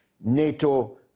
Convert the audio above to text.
NATO